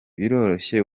biroroshye